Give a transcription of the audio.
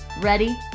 Ready